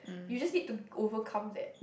you just need to overcome that